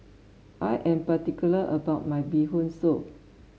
I am particular about my Bee Hoon Soup